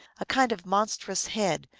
a kind of monstrous head,